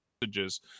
messages